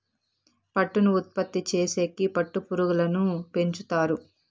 పట్టును ఉత్పత్తి చేసేకి పట్టు పురుగులను పెంచుతారు